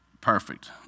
perfect